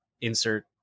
insert